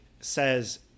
says